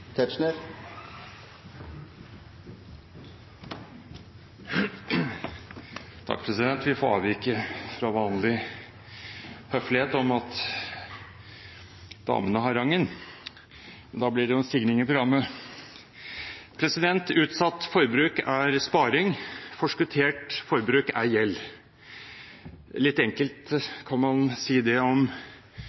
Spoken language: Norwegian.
Vi får avvike fra vanlig høflighet om at damene har rangen. Men da blir det jo en stigning i programmet! Utsatt forbruk er sparing. Forskuttert forbruk er gjeld. Litt enkelt kan man si det om